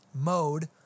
mode